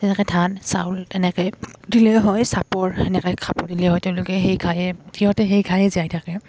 তেনেকৈ ধান চাউল তেনেকৈ দিলেই হয় চাপৰ সেনেকৈ খাব দিলেই হয় তেওঁলোকে সেই খায়ে সিহঁতে সেই খায়ে জিয়াই থাকে